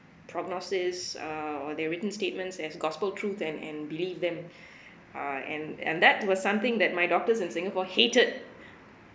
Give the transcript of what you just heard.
prognosis err or their written statements as gospel truth and and believe them uh and and that was something that my doctors in singapore hated